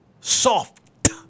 soft